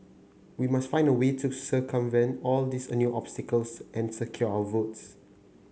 we must find a way to circumvent all these a new obstacles and secure our votes